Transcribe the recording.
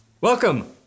welcome